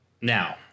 Now